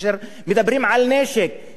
כאשר מדברים על נשק,